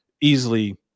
easily